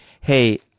hey